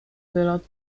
wylot